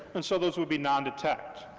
and so those would be non-detect.